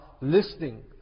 listening